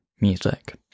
music